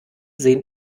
sehen